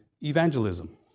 evangelism